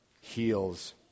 heals